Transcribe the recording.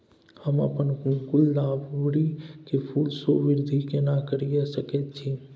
हम अपन गुलदाबरी के फूल सो वृद्धि केना करिये सकेत छी?